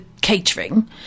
catering